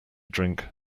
drink